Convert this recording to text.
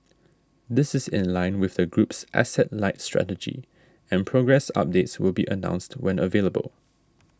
this is in line with the group's asset light strategy and progress updates will be announced when available